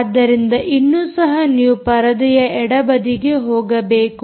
ಆದ್ದರಿಂದ ಇನ್ನೂ ಸಹ ನೀವು ಪರದೆಯ ಎಡ ಬದಿಗೆ ಹೋಗಬೇಕು